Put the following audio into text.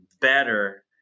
better